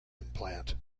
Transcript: implant